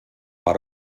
per